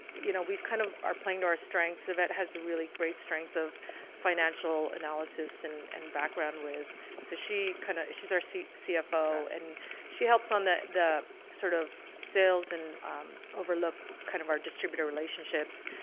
you know, we've kind of are playing to our strengths. yvette has a really great strength of financial analysis and and background with so she kind of she's our cfo, and she helps on the the sort of sales and overlook kind of our distributor relationships.